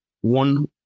one